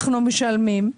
אנחנו משלמים,